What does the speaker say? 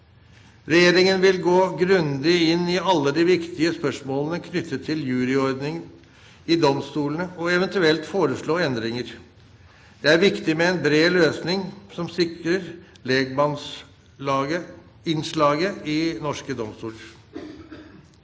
Regjeringen vil gå grundig inn i alle de viktige spørsmålene knyttet til juryordningen i domstolene og eventuelt foreslå endringer. Det er viktig med en bred løsning som sikrer lekmannsinnslaget i norske domstoler.